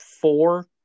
four